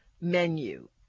menu